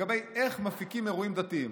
לגבי איך מפיקים אירועים דתיים.